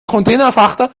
containerfrachter